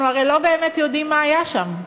אנחנו הרי לא באמת יודעים מה היה שם.